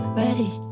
ready